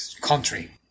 country